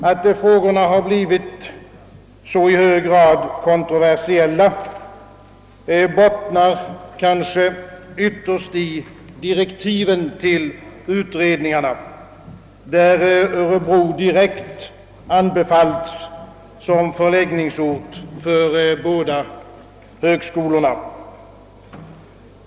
Att frågorna blivit i så hög grad kontroversiella bottnar kanske ytterst i direktiven till utredningarna, där Örebro direkt anbefalldes som förläggningsort för båda högskolorna.